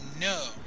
no